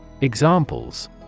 Examples